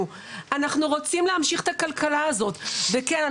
ואנחנו רוצים להמשיך את הכלכלה הזאת וכן,